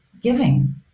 giving